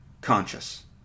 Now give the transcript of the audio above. Conscious